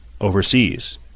overseas